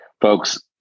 folks